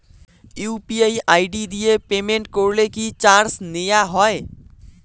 UPI ID দিয়ে payment করলে কি চার্জ নেয়া হয়?